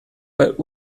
but